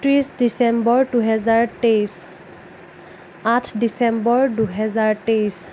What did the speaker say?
ত্ৰিছ ডিচেম্বৰ দুহেজাৰ তেইছ আঠ ডিচেম্বৰ দুহেজাৰ তেইছ